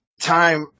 time